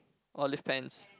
all of the fans